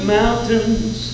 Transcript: mountains